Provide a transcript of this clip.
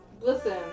Listen